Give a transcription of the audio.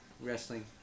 wrestling